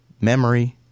Memory